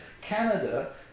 Canada